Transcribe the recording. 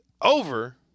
over